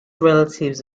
relatives